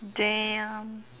damn